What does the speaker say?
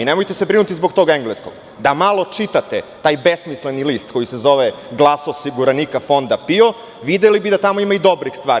I nemojte se brinuti zbog tog engleskog, da malo čitate taj besmisleni list koji se zove „Glas osiguranika fonda PIO“, videli bi da tamo ima i dobrih stvari.